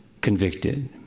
convicted